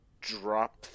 drop